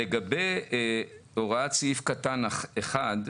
לגבי הוראת סעיף קטן (1),